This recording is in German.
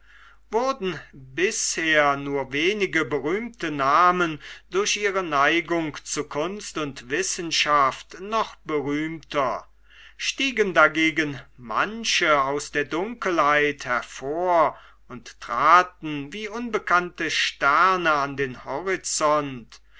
wurden bisher nur wenige berühmte namen durch ihre neigung zu kunst und wissenschaft noch berühmter stiegen dagegen manche aus der dunkelheit hervor und traten wie unbekannte sterne an den horizont